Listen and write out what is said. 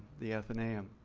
the f and am.